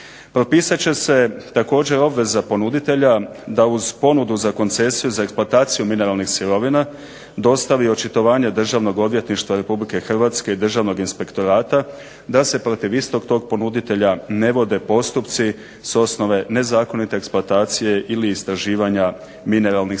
Propisat će se također obveza ponuditelja da uz ponudu za koncesiju za eksploataciju mineralnih sirovina dostavi očitovanje Državnog odvjetništva Republike Hrvatske i Državnog inspektorata da se protiv istog tog ponuditelja ne vode postupci s osnova nezakonite eksploatacije ili istraživanja mineralnih sirovina.